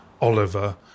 Oliver